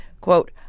quote